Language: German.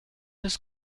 das